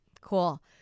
Cool